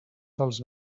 dels